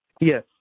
Yes